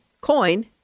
Coin